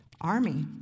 Army